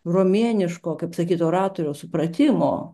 romėniško kaip sakytų oratoriaus supratimo